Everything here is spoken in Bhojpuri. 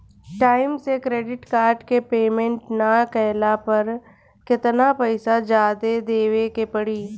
टाइम से क्रेडिट कार्ड के पेमेंट ना कैला पर केतना पईसा जादे देवे के पड़ी?